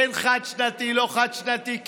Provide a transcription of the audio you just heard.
כן חד-שנתי, לא חד-שנתי.